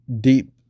deep